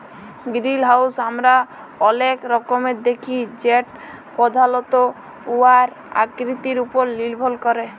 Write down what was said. greenhouse আমরা অলেক রকমের দ্যাখি যেট পধালত উয়ার আকৃতির উপর লির্ভর ক্যরে